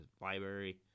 library